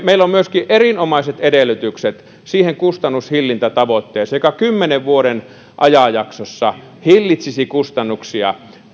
meillä on myöskin erinomaiset edellytykset siihen kustannushillintätavoitteeseen joka kymmenen vuoden ajanjaksossa hillitsisi kustannuksia